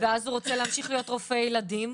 ואז הוא רוצה להמשיך להיות רופא ילדים,